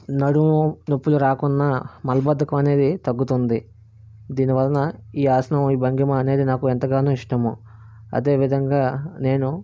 నడుము నొప్పులు రాకుండా మలబద్దకం అనేది తగ్గుతుంది దీనివలన ఈ ఆసనం ఈ భంగిమ అనేది నాకు ఎంతగానో ఇష్టము అదేవిధంగా నేను